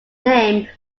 name